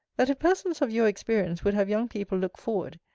that if persons of your experience would have young people look forward,